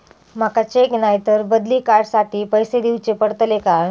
माका चेक नाय तर बदली कार्ड साठी पैसे दीवचे पडतले काय?